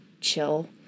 chill